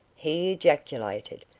he ejaculated,